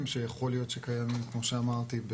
שיכולים להיות קיימים כמו שאמרתי,